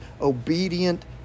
obedient